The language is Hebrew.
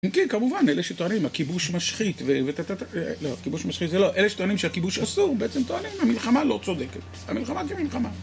כן, כמובן, אלה שטוענים, הכיבוש משחית, ותתתתת, לא, כיבוש משחית זה לא, אלה שטוענים שהכיבוש אסור, בעצם טוענים, המלחמה לא צודקת. המלחמה כמלחמה.